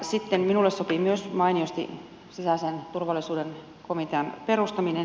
sitten minulle sopii myös mainiosti sisäisen turvallisuuden komitean perustaminen